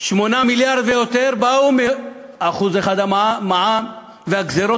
8 מיליארד ויותר באו מ-1% המע"מ והגזירות